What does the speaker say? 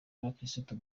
abakirisitu